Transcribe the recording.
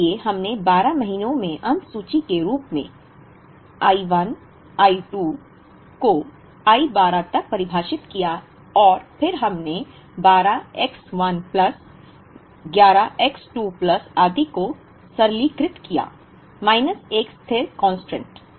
इसलिए हमने 12 महीनों में अंत सूची के रूप में I 1 I 2 को I 12 तक परिभाषित किया और फिर हमने 12 X 1 प्लस 11 X 2 प्लस आदि को सरलीकृत किया माइनस एक स्थिर कांस्टेंट